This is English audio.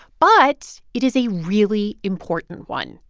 but it is a really important one.